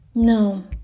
no.